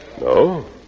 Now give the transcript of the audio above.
No